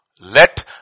Let